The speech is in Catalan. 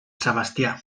sebastià